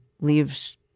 leaves